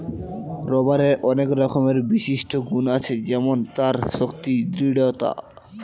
রবারের আনেক রকমের বিশিষ্ট গুন আছে যেমন তার শক্তি, দৃঢ়তা